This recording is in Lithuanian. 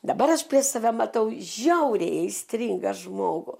dabar aš prieš save matau žiauriai aistringą žmogų